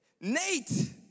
Nate